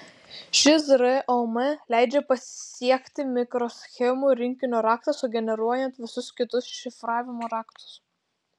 šis rom leidžia pasiekti mikroschemų rinkinio raktą sugeneruojant visus kitus šifravimo raktus